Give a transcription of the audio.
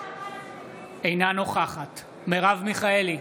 אינה נוכחת מירב מיכאלי,